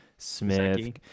Smith